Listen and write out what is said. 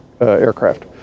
aircraft